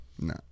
No